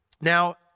Now